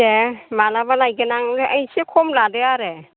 दे मालाबा लायगोन आं एसे खम लादो आरो